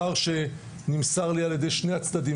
פער שנמסר לי על ידי שני הצדדים,